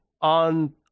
on